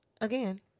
Again